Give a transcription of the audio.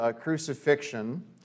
crucifixion